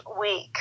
week